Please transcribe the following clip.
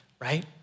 right